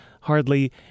hardly